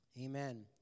Amen